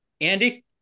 Andy